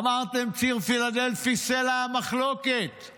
אמרתם שציר פילדלפי הוא סלע המחלוקת,